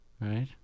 Right